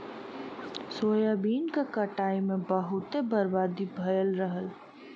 soybean क कटाई में बहुते बर्बादी भयल रहल